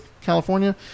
California